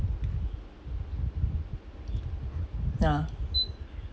nah